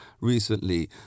recently